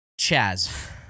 Chaz